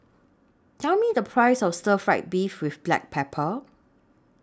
Tell Me The Price of Stir Fry Beef with Black Pepper